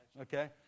okay